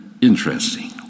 interesting